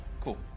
Cool